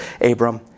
Abram